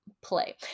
play